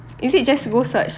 is it just go search